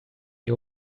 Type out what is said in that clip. you